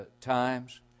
times